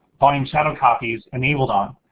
volume shadow copies enabled on.